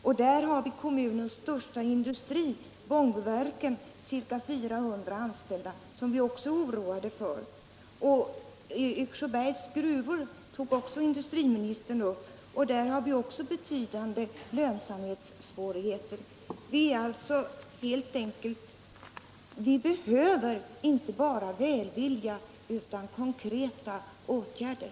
Där har vi kommunens största industri, Bångbroverken med ca 400 anställda, 15 som vi är oroliga för. Industriministern nämnde Yxsjöbergs gruvor. Där har man också betydande lönsamhetssvårigheter. Vi behöver inte bara välvilja utan konkreta åtgärder.